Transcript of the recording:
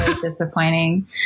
Disappointing